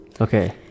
Okay